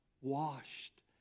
Washed